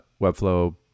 Webflow